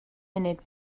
munud